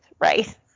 right